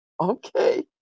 Okay